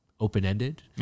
open-ended